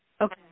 Okay